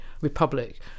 republic